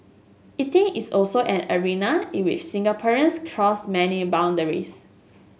eating is also an arena in which Singaporeans cross many boundaries